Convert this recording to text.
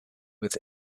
with